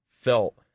felt